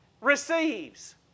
receives